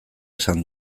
esan